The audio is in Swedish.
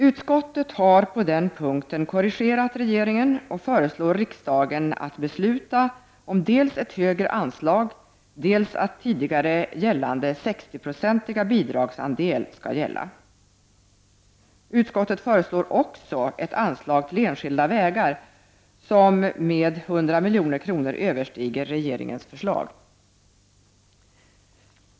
Utskottet har på denna punkt korrigerat regeringen och föreslår riksdagen att besluta dels att ett högre anslag skall utgå, dels att tidigare gällande 60-procentiga bidragsandel skall gälla. Utskottet föreslår också ett anslag till enskilda vägar som med 100 milj.kr. överstiger vad regeringen föreslagit.